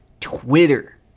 Twitter